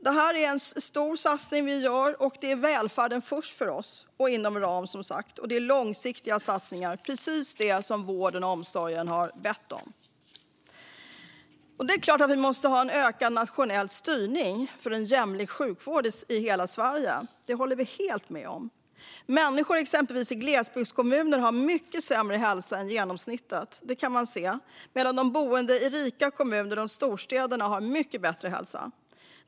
Det är en stor satsning vi gör - det är välfärden först för oss, inom ram som sagt. Det handlar om långsiktiga satsningar, precis som vården och omsorgen har bett om. Det är klart att vi måste ha en ökad nationell styrning för en jämlik sjukvård i hela Sverige; det håller vi helt med om. Människor i exempelvis glesbygdskommuner har mycket sämre hälsa än genomsnittet, medan boende i rika kommuner runt storstäderna har mycket bättre hälsa.